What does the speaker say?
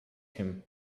him